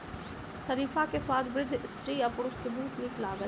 शरीफा के स्वाद वृद्ध स्त्री आ पुरुष के बहुत नीक लागल